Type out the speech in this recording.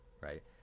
right